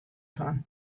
fan